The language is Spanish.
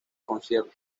conciertos